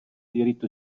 diritto